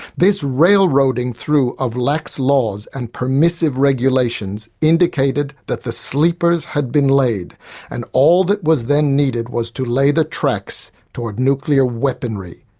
this railroading through of lax laws and permissive regulations indicated that the sleepers had been laid and all that was then needed was to lay the tracks toward nuclear weaponry,